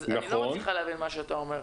אז אני לא מצליחה להבין מה שאתה אומר.